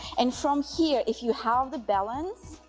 and from here if you have the balance,